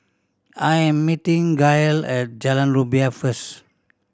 I'm meeting Gail at Jalan Rumbia first